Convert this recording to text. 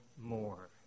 more